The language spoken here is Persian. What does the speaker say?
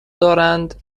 دارند